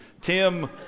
Tim